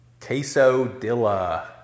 Quesodilla